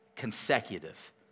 Consecutive